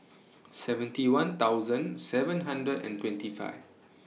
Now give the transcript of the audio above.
seventy one thousand seven hundred and twenty five